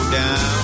down